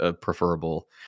preferable